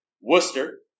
Worcester